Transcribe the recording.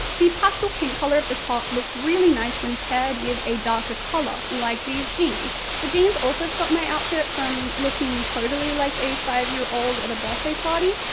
the pastel pink colour of the top look really nice when paired with a darker colour, like these jeans. the jeans also stop my outfit from looking totally like a five year old at a birthday party.